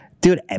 Dude